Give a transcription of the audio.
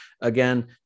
again